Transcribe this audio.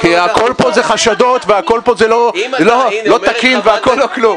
כי הכול פה זה חשדות והכול פה זה לא תקין והכול לא כלום.